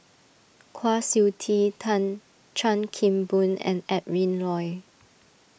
Kwa Siew Tee tan Chan Kim Boon and Adrin Loi